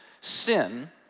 sin